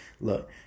look